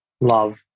love